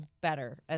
better